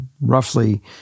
roughly